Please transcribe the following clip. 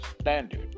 standard